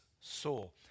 soul